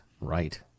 right